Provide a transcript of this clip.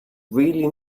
really